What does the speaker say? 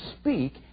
speak